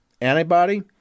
antibody